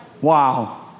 Wow